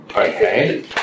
Okay